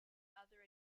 other